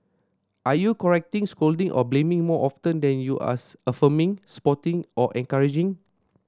are you correcting scolding or blaming more often than you are affirming supporting or encouraging